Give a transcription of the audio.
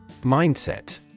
Mindset